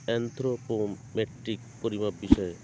anthropometric পরিমাপ বিষয়ে